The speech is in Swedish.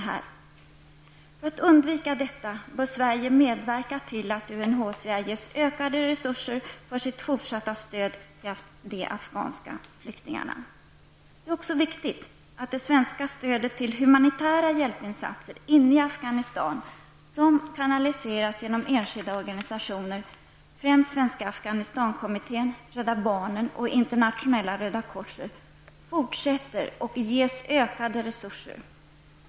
För att undvika detta bör Sverige medverka till att UNHCR ges ökade resurser för sitt fortsatta stöd till de afghanska flyktingarna. Det är också viktigt att det svenska stödet till humanitära hjälpinsatser inne i Afghanistan, som kanaliseras genom enskilda organisationer, främst Internationella röda korset, fortsätter och att ökade resurser ges.